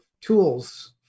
tools